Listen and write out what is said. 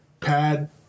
pad